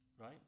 right